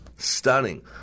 stunning